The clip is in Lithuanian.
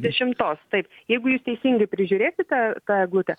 dešimtos taip jeigu jūs teisingai prižiūrėsite tą eglutę